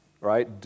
right